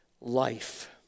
Life